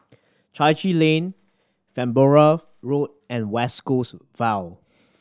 Chai Chee Lane Farnborough Road and West Coast Vale